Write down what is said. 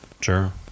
Sure